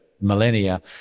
millennia